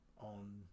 on